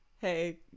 hey